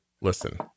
listen